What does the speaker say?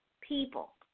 people